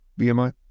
BMI